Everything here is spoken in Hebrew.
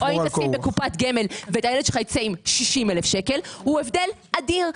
לשים בקופת גמל והילד שלך ייצא עם 60,000 שקל הוא הבדל אדיר.